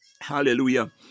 hallelujah